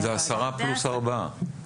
זה עשרה פלוס ארבעה.